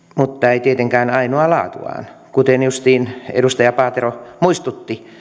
mutta ei tietenkään ainoa laatuaan kuten justiin edustaja paatero muistutti